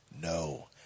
No